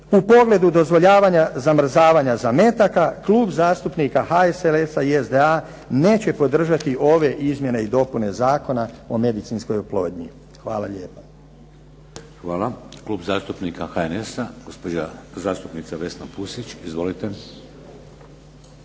u pogledu dozvoljavanja zamrzavanja zametaka, Klub zastupnika HSLS-a i SDA neće podržati ove izmjene i dopune Zakona o medicinskoj oplodnji. Hvala lijepa. **Šeks, Vladimir (HDZ)** Hvala. Klub zastupnika HNS-a, gospođa zastupnica Vesna Pusić. Izvolite.